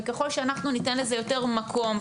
ככל שאנחנו ניתן לזה יותר מקום,